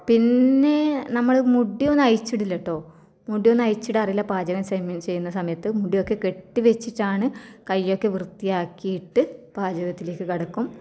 പിന്നെ നമ്മൾ മുടിയൊന്നും അഴിച്ചിടില്ല കേട്ടോ മുടിയൊന്നും അഴിച്ചിടാറില്ല പാചകം സെമ്മെ ചെയ്യുന്ന സമയത്ത് മുടിയൊക്കെ കെട്ടി വെച്ചിട്ടാണ് കൈ ഒക്കെ വൃത്തിയാക്കിയിട്ട് പാചകത്തിലേക്ക് കടക്കും